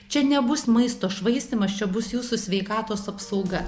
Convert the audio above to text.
čia nebus maisto švaistymas čia bus jūsų sveikatos apsauga